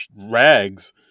rags